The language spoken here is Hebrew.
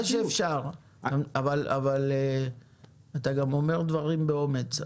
גם אומר דברים באומץ,